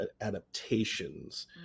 adaptations